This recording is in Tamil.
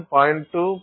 2 0